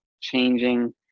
changing